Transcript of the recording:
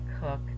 Cook